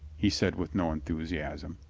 he said with no enthusiasm.